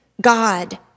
God